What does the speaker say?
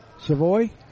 Savoy